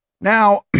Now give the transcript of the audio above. Now